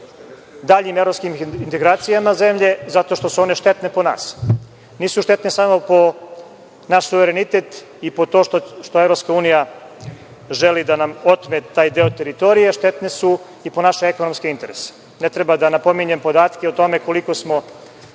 daljim evropskim integracijama zemlje zato što su one štetne po nas. Nisu štetne samo po naš suverenitet i to što EU želi da nam otme taj deo teritorije, štetne su i po naše ekonomske interese. Ne treba da napominjem podatke o tome koliko smo